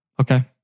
Okay